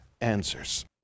answers